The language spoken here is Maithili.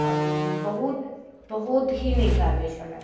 बहुत बहुत ही नीक गाबै छलाए